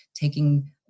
taking